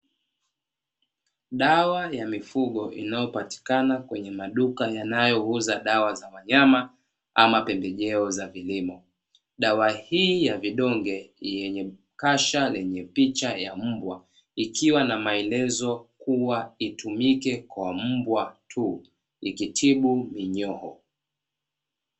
Dawa ya mifugo inayopatikana kwenye maduka yanayouza dawa za wanyama ama pembejeo za vilimo, dawa hii ya vidonge yenye kasha lenye picha ya mbwa ikiwa na maelezo kuwa itumike kwa mbwa tu ikitibu minyoo.